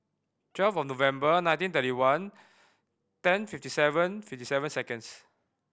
twelve November nineteen thirty one ten fifty seven fifty seven seconds